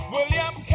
William